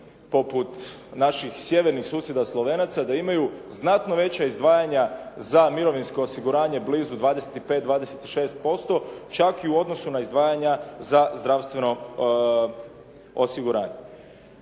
poput naših sjevernih susjeda Slovenaca da imaju znatno veća izdvajanja za mirovinsko osiguranje blizu 25-26% čak i u odnosu na izdvajanja za zdravstveno osiguranje.